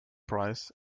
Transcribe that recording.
price